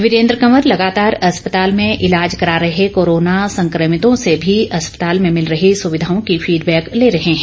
वीरेन्द्र कंवर लगातार अस्पताल में इलाज करा रहे कोरोना सकमितों से भी अस्पताल में मिल रही सुविघाओं की फीडबैक ले रहे हैं